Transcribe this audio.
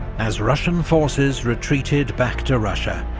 as russian forces retreated back to russia,